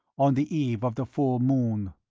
on the eve of the full moon.